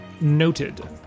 noted